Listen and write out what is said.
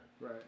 Right